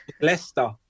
Leicester